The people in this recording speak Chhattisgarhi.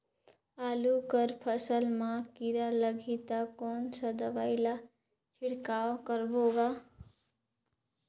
आलू कर फसल मा कीरा लगही ता कौन सा दवाई ला छिड़काव करबो गा?